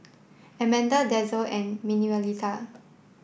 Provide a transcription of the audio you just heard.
Amanda Denzel and Manuelita